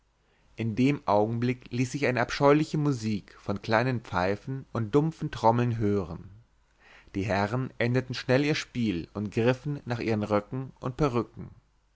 in dem augenblick ließ sich eine abscheuliche musik von kleinen pfeifen und dumpfen trommeln hören die herren endeten schnell ihr spiel und griffen nach ihren röcken und perücken